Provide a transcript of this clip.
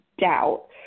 doubt